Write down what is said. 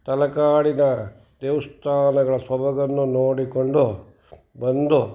ತಲಕಾಡಿನ ದೇವಸ್ಥಾನಗಳ ಸೊಬಗನ್ನು ನೋಡಿಕೊಂಡು ಬಂದು